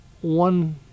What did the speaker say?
one